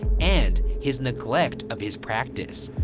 and his neglect of his practice.